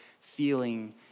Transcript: feeling